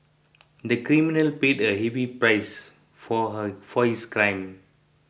the criminal paid a heavy price for her for his crime